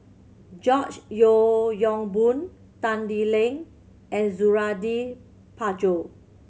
George Yeo Yong Boon Tan Lee Leng and Suradi Parjo